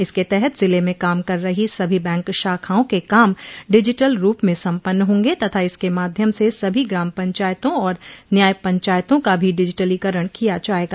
इसके तहत जिले में काम कर रहे सभी बंक शाखाओं के काम डिजिटल रूप में सम्पन्न होंगे तथा इसके माध्यम से सभी ग्राम पंचायतों और न्याय पंचायतों का भी डिजिटलीकरण किया जायेगा